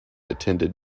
attended